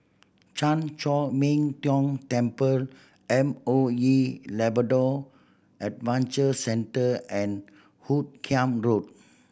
Chan Chor Min Tong Temple M O E Labrador Adventure Centre and Hoot Kiam Road